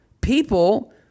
people